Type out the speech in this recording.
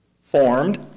formed